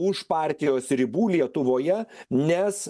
už partijos ribų lietuvoje nes